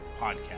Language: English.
Podcast